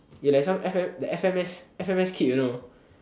you like some f_m~ the f_m_s~ kid you know